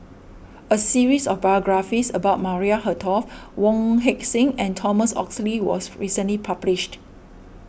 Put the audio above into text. a series of biographies about Maria Hertogh Wong Heck Sing and Thomas Oxley was recently published